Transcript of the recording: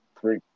three